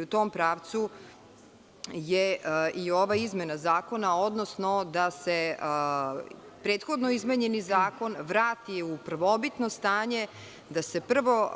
U tom pravcu je i ova izmena zakona, odnosno da se prethodno izmenjeni zakon vrati u prvobitno stanje, da se prvo